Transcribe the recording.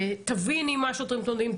תבין עם מה שוטרים מתמודדים.